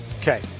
Okay